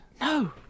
no